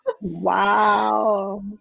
Wow